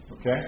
Okay